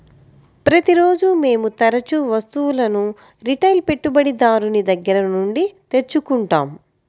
ప్రతిరోజూ మేము తరుచూ వస్తువులను రిటైల్ పెట్టుబడిదారుని దగ్గర నుండి తెచ్చుకుంటాం